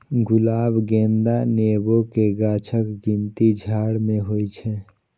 गुलाब, गेंदा, नेबो के गाछक गिनती झाड़ मे होइ छै